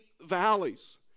valleys